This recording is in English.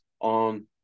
on